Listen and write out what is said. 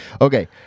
Okay